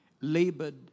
labored